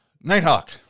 Nighthawk